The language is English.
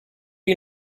you